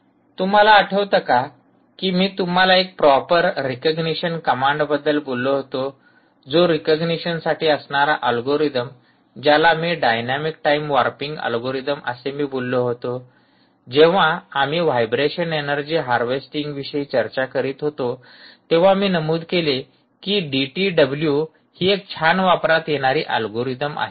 तुम्हाला आठवत का कि मी तुम्हाला एक प्रॉपर रेकग्निशन कमांड बद्दल बोललो होतो जो रेकग्नेशनसाठी असणारा अल्गोरिदम ज्याला मी डायनॅमिक टाइम वॉर्पिंग अल्गोरिदम असे मी बोललो होतो जेव्हा आम्ही व्हायब्रेशन एनर्जी हार्वेस्टिंग विषयी चर्चा करीत होतो तेव्हा मी नमूद केले की डीटीडब्ल्यू ही एक छान वापरात येणारी अल्गोरिदम आहे